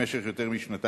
במשך יותר משנתיים,